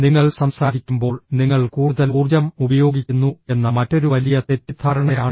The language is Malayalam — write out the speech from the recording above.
നിങ്ങൾ സംസാരിക്കുമ്പോൾ നിങ്ങൾ കൂടുതൽ ഊർജ്ജം ഉപയോഗിക്കുന്നു എന്ന മറ്റൊരു വലിയ തെറ്റിദ്ധാരണയാണിത്